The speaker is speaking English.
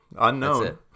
unknown